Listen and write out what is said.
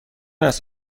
است